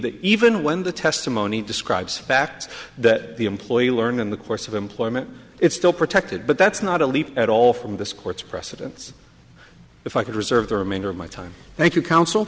that even when the testimony describes facts that the employee learned in the course of employment it's still protected but that's not a leap at all from this court's precedents if i could reserve the remainder of my time thank you counsel